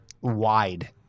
wide